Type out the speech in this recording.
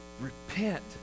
repent